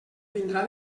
vindrà